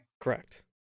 Correct